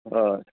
हय